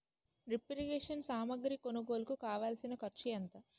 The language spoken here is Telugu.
డ్రిప్ ఇరిగేషన్ సామాగ్రి కొనుగోలుకు కావాల్సిన ఖర్చు ఎంత